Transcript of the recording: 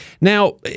Now